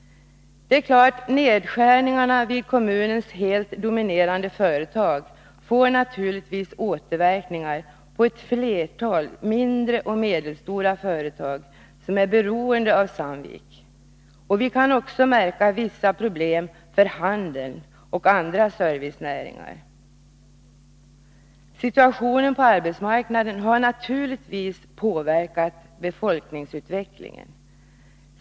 Nedskärningarna vid det företag som dominerar kommunen får naturligtvis återverkningar på ett flertal mindre och medelstora företag som är beroende av Sandvik. Vi kan också märka vissa problem för handeln och andra servicenäringar. Situationen på arbetsmarknaden har naturligtvis påverkat befolkningsutvecklingen.